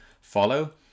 follow